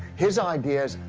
his idea is,